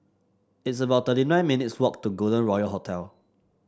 it's about thirty nine minutes' walk to Golden Royal Hotel